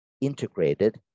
integrated